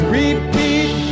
repeat